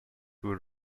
were